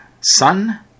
Sun